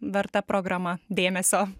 verta programa dėmesio